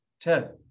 Ted